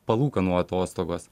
palūkanų atostogos